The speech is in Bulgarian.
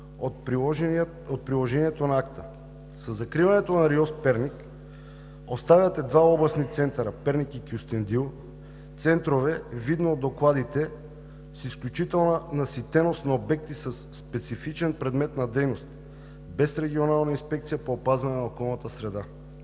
от приложението на акта. Със закриването на РИОСВ – Перник, оставяте двата областни центъра Перник и Кюстендил – центрове, видно от докладите, с изключителна наситеност на обекти със специфичен предмет на дейност без Регионална инспекция по опазване на околната среда.